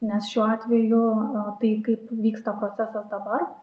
nes šiuo atveju tai kaip vyksta procesas dabar